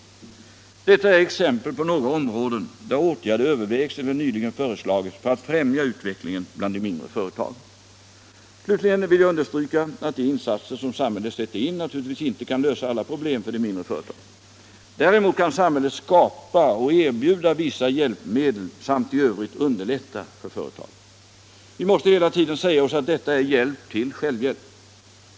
Detta är exempel på några områden där åtgärder övervägs eller nyligen föreslagits för att främja utvecklingen bland de mindre företagen. Slutligen vill jag understryka att de insatser som samhället sätter in naturligtvis inte kan lösa alla problem för de mindre företagen. Däremot kan samhället skapa och erbjuda vissa hjälpmedel samt i övrigt underlätta för företagen. Vi måste hela tiden säga oss att detta är hjälp till självhjälp.